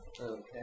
Okay